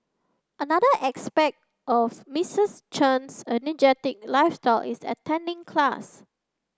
another aspect of Misters Chen's energetic lifestyle is attending class